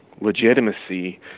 legitimacy